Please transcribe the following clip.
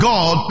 God